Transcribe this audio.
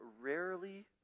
rarely